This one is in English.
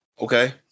Okay